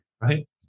Right